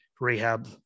rehab